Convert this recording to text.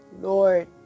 Lord